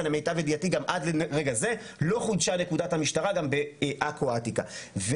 ולמיטב ידיעתי גם עד לרגע זה לא חודשה נקודת המשטרה גם בעכו העתיקה.